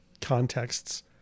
contexts